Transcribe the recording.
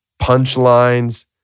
punchlines